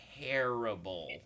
terrible